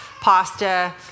pasta